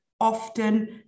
often